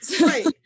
Right